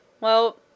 Well